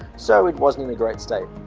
so it wasn't in the great state.